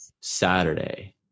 Saturday